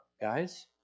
guys